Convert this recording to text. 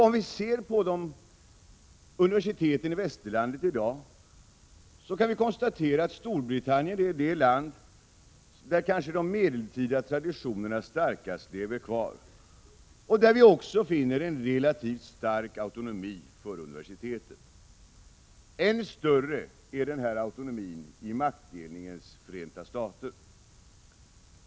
Om vi ser på universiteten i Västerlandet i dag kan vi konstatera att Storbritannien är det land där de medeltida traditionerna kanske starkast lever kvar, och där vi också finner en relativt stark autonomi för universiteten. Än större är denna autonomi i maktdelningens Förenta Stater.